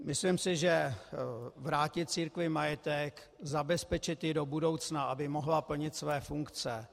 Myslím si, že je třeba vrátit církvi majetek, zabezpečit ji do budoucna, aby mohla plnit své funkce.